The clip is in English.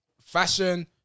Fashion